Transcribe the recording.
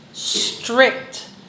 strict